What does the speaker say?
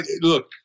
Look